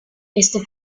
este